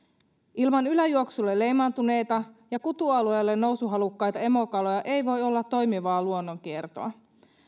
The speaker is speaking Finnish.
ilman yläjuoksulle leimaantuneita ja kutualueelle nousuhalukkaita emokaloja ei voi olla toimivaa luonnonkiertoa